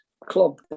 club